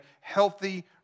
healthy